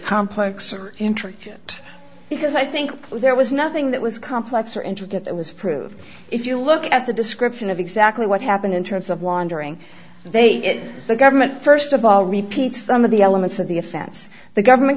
complex or intricate because i think there was nothing that was complex or intricate that was proved if you look at the description of exactly what happened in terms of wandering they the government st of all repeats some of the elements of the offense the government